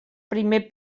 primer